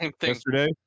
yesterday